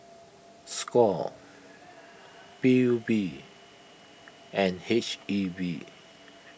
Score P U B and H E B